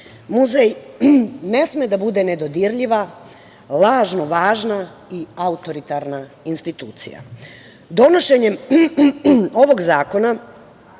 Muzej ne sme da bude nedodirljiva, lažno važna i autoritarna institucija. Donošenjem ovog zakona